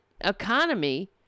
economy